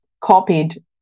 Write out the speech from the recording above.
copied